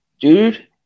dude